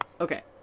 okay